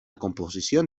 composición